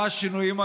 מה השינויים הללו,